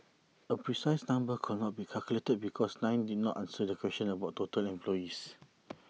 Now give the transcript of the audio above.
A precise number could not be calculated because nine did not answer the question about total employees